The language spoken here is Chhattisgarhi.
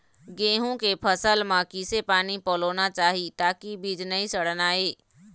गेहूं के फसल म किसे पानी पलोना चाही ताकि बीज नई सड़ना ये?